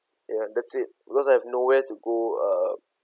ya that's it because I have nowhere to go uh